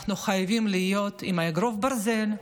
אנחנו חייבים להיות עם אגרוף ברזל.